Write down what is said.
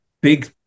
big